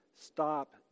stop